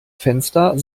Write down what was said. fenster